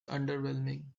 underwhelming